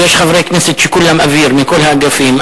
ויש חברי כנסת שכולם אוויר, מכל האגפים.